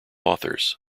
authors